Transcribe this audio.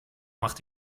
macht